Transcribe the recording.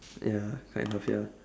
ya kind of ya